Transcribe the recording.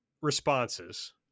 responses